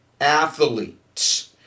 athletes